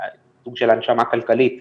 סוג של הנשמה כלכלית